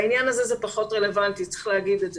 בעניין הזה זה פחות רלוונטי וצריך לומר את זה.